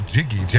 Jiggy